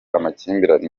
amakimbirane